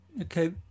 okay